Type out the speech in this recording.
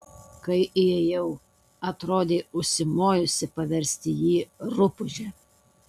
kai įėjau atrodei užsimojusi paversti jį rupūže